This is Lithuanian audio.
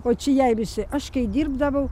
o čia jei visi aš kai dirbdavau